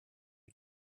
you